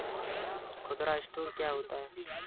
खुदरा स्टोर क्या होता है?